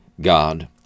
God